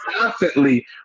constantly